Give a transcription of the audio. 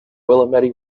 willamette